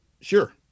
Sure